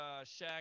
Shaq